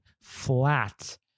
flat